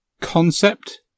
concept